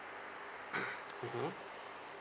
mmhmm